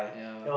ya